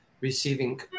receiving